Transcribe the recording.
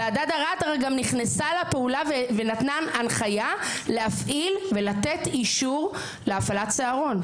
ועדת ערר גם נכנסה לפעולה ונתנה הנחייה לתת אישור להפעלת צהרון.